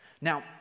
Now